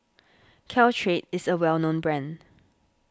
Caltrate is a well known brand